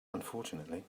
unfortunately